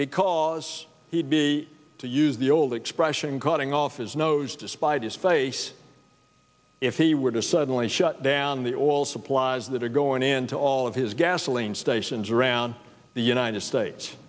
because he'd be to use the old expression cutting off his nose to spite his face if he were to suddenly shut down the oil supplies that are going into all of his gasoline stations around the united states